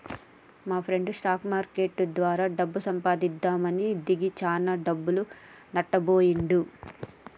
మాప్రెండు stock market ద్వారా డబ్బు సంపాదిద్దామని దిగి చానా డబ్బులు నట్టబొయ్యిండు